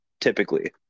typically